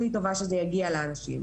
הכי טובה שזה יגיע לאנשים.